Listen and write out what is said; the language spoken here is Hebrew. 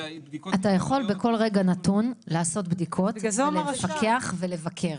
אלא בדיקות -- אתה יכול בכל רגע נתון לעשות בדיקות לפקח ולבקר.